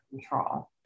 control